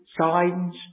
signs